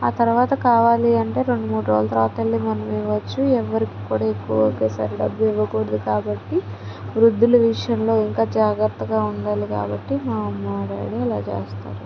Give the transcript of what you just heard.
ఆ తర్వాత కావాలి అంటే రెండు మూడు రోజుల తర్వాత వెళ్ళి మనం ఇవ్వచ్చు ఎవరికీ కూడా ఎక్కువ ఒకేసారి డబ్బులు ఇవ్వకూడదు కాబట్టి వృద్ధులు విషయంలో ఇంకా జాగ్రత్తగా ఉండాలి కాబట్టి మా అమ్మ మా డాడీ అలా చేస్తారు